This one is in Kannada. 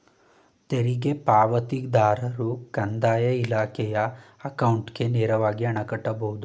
ತೆರಿಗೆ ಪಾವತಿದಾರರು ಕಂದಾಯ ಇಲಾಖೆಯ ಅಕೌಂಟ್ಗೆ ನೇರವಾಗಿ ಹಣ ಕಟ್ಟಬಹುದು